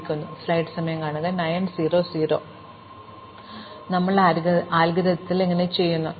തിനാൽ ഞങ്ങളുടെ അൽഗോരിതത്തിൽ ഇത് ഞങ്ങൾ എങ്ങനെ ചെയ്യും